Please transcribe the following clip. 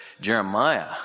Jeremiah